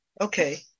Okay